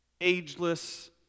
ageless